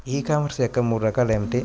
ఈ కామర్స్ యొక్క మూడు రకాలు ఏమిటి?